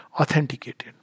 authenticated